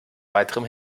weiteren